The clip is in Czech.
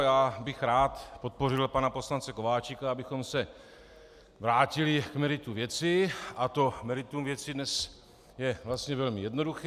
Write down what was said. Já bych rád podpořil pana poslance Kováčika, abychom se vrátili k meritu věci, a to meritum věci dnes je vlastně velmi jednoduché.